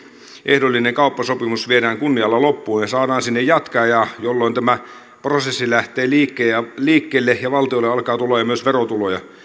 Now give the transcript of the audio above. ehdollinen kauppasopimus viedään kunnialla loppuun ja saadaan sinne jatkaja jolloin tämä prosessi lähtee liikkeelle ja liikkeelle ja valtiolle alkaa tulla jo myös verotuloja